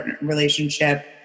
relationship